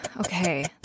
okay